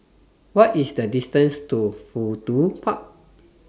What IS The distance to Fudu Park